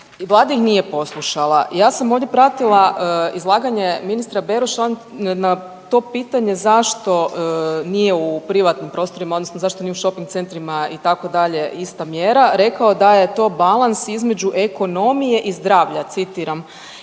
vlada ih nije poslušala. Ja sam ovdje pratila izlaganje ministra Beroša, on na to pitanje zašto nije u privatnim prostorima odnosno zašto nije u šoping centrima itd. ista mjera rekao da je to balans između ekonomije i zdravlja, citiram,